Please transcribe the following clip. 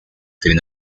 tren